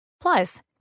Plus